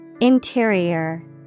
Interior